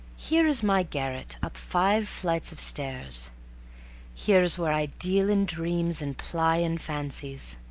here is my garret up five flights of stairs here's where i deal in dreams and ply in fancies,